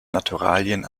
naturalien